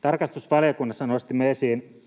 Tarkastusvaliokunnassa kuulimme